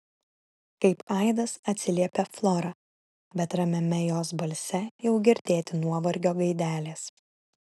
kaip aidas atsiliepia flora bet ramiame jos balse jau girdėti nuovargio gaidelės